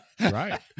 Right